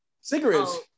Cigarettes